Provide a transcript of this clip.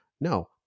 No